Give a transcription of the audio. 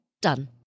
Done